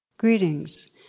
Greetings